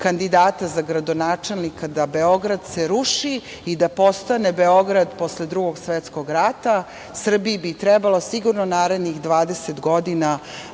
kandidata za gradonačelnika da Beograd se ruši i da postane Beograd posle Drugog svetskog rata, Srbiji bi trebalo sigurno narednih 20 godina